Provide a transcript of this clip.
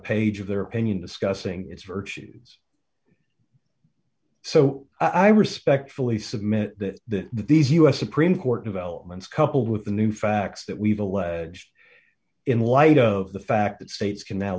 page of their opinion discussing its virtues so i respectfully submit that these u s supreme court developments coupled with the new facts that we've alleged in light of the fact that states can no